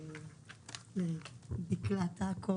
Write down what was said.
דיקלה טקו